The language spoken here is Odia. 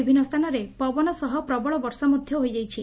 ବିଭିନ୍ନ ସ୍ସାନରେ ପବନ ସହ ପ୍ରବଳ ବର୍ଷା ମଧ୍ଧ ହୋଇଛି